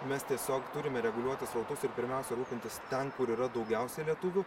mes tiesiog turime reguliuoti srautus ir pirmiausia rūpintis ten kur yra daugiausia lietuvių